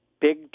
big